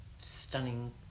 stunning